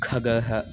खगः